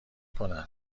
کنن